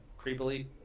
creepily